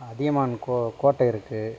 அதியமான் கோ கோட்டை இருக்கு